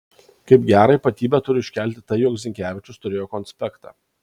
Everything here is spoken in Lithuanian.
kaip gerą ypatybę turiu iškelti tai jog zinkevičius turėjo konspektą